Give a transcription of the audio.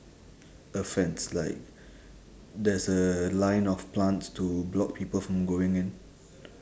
a fence like there's a line of plants to block people from going in